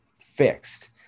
fixed